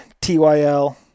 TYL